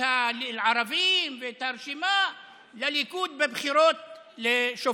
הערבים ואת הרשימה לליכוד בבחירות לשופטים.